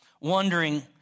wondering